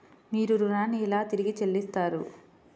మీరు ఋణాన్ని ఎలా తిరిగి చెల్లిస్తారు?